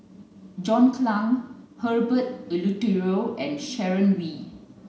John Clang Herbert Eleuterio and Sharon Wee